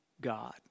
God